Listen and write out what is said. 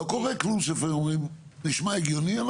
לא קורה כלום שלפעמים אומרים נשמע הגיוני .